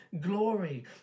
glory